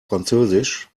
französisch